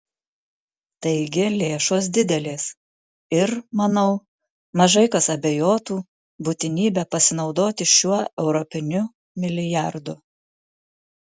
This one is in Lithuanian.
taigi lėšos didelės ir manau mažai kas abejotų būtinybe pasinaudoti šiuo europiniu milijardu